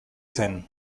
zen